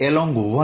dlalong 2E